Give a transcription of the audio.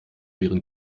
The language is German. wären